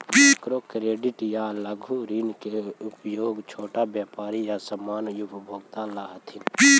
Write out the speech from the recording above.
micro credit या लघु ऋण के उपयोग छोटा व्यापारी या सामान्य उपभोक्ता करऽ हथिन